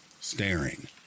staring